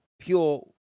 pure